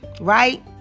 right